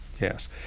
yes